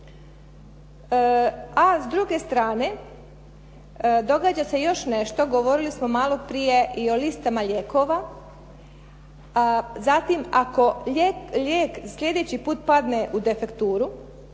A s druge strane, događa se još nešto. Govorili smo maloprije i o listama lijekova. Zatim, ako lijek slijedeći put padne u defekturu